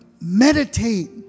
meditate